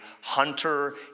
hunter